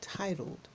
Titled